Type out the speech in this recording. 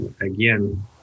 again